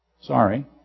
Sorry